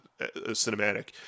cinematic